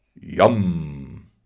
yum